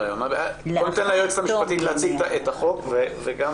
ניתן ליועצת המשפטית להציג את החוק וגם